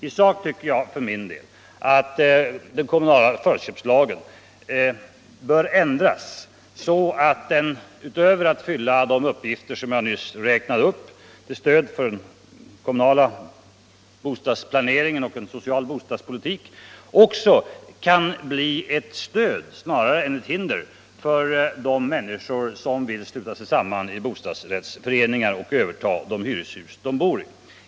I sak tycker jag att den kommunala förköpslagen bör ändras så att den, utöver att fylla de uppgifter som jag nyss räknade upp, till stöd för den kommunala bostadsplaneringen och en social bostadspolitik, också kan bli ett stöd snarare än ett hinder för de människor som vill sluta sig samman i bostadsrättsföreningar och överta de hyreshus de bor i.